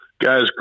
Guys